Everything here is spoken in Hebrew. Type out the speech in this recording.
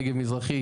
נגב מזרחי,